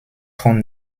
von